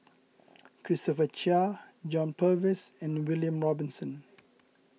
Christopher Chia John Purvis and William Robinson